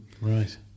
Right